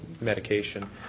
medication